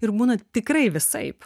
ir būna tikrai visaip